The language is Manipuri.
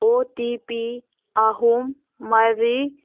ꯑꯣ ꯇꯤ ꯄꯤ ꯑꯍꯨꯝ ꯃꯔꯤ